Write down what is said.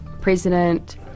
president